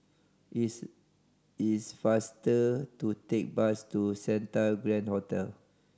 is is faster to take bus to Santa Grand Hotel